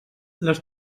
les